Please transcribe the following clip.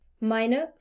meine